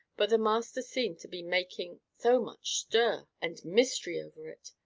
but the master seem to be making so much stir and mystery over it!